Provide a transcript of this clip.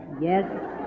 Yes